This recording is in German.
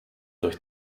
durch